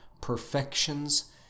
perfections